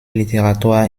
literatur